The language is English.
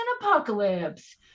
apocalypse